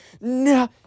no